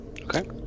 Okay